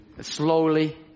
Slowly